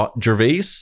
Gervais